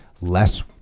less